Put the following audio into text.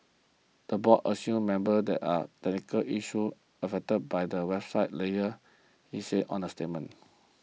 the board assures members that the technical issues of affected by the website layer it said on a statement